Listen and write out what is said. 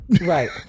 right